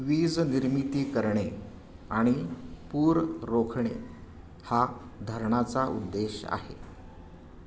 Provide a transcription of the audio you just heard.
वीज निर्मिती करणे आणि पूर रोखणे हा धरणाचा उद्देश आहे